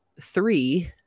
three